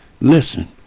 listen